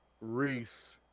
Reese